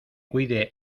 cuide